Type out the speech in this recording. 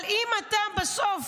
-- אבל אם אתה בסוף